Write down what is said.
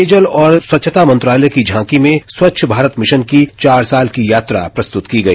पेय जल और स्वच्छता मंत्रालय की झांकी में स्स्वच्छ भारत मिशनर की चार साल की यात्रा प्रस्तुत की गई